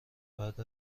بعد